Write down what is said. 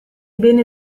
beni